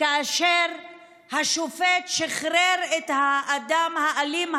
כאשר השופט שחרר את האדם האלים,